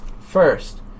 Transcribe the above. First